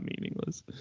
meaningless